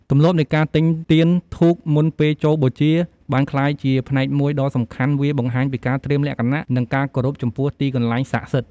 ទម្លាប់នៃការទិញទៀនធូបមុនពេលចូលបូជាបានក្លាយជាផ្នែកមួយដ៏សំខាន់វាបង្ហាញពីការត្រៀមលក្ខណៈ និងការគោរពចំពោះទីកន្លែងសាកសិដ្ឋ។